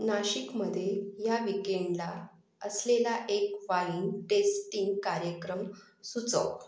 नाशिकमध्ये ह्या विकेंडला असलेला एक वाईन टेस्टिंग कार्यक्रम सुचव